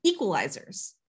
equalizers